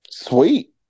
Sweet